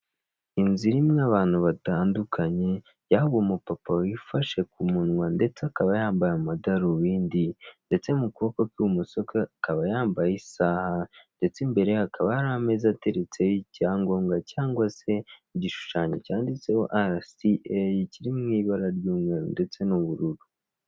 Inzu irimo abantu batandukanye, yaba umupapa wifashe ku munwa ndetse akaba yambaye amadarubindi, ndetse mu kuboko kw'ibumoso kwe akaba yambaye isaha, ndetse imbere ye hakaba hari ameza ateretseho icyangombwa cyangwa se igishushanyo cyanditseho ara si eyi, kiri mu ibara ry'umweru ndetse n'ubururu.